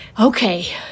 Okay